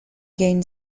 gain